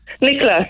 Nicola